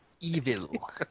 Evil